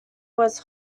was